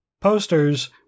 posters